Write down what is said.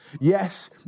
Yes